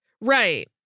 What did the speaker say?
Right